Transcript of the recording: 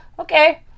Okay